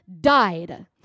died